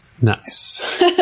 Nice